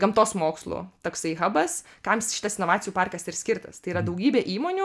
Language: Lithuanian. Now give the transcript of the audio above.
gamtos mokslų toksai habas kam šitas inovacijų parkas ir skirtas tai yra daugybė įmonių